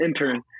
intern